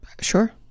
Sure